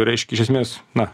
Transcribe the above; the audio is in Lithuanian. reiškia iš esmės na